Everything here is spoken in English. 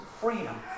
freedom